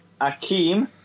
Akeem